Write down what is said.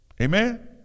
Amen